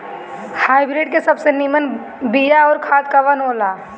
Hybrid के सबसे नीमन बीया अउर खाद कवन हो ला?